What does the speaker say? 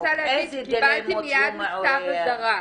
רוצה להגיד שקיבלתי מיד מכתב אזהרה.